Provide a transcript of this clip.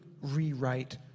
rewrite